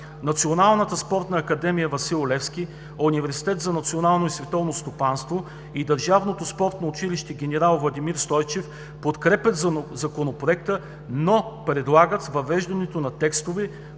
Националната спортна академия „Васил Левски“, Университетът за национално и световно стопанство и Държавното спортно училище „Генерал Владимир Стойчев“ подкрепят Законопроекта, но предлагат въвеждането на текстове,